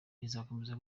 izakomeza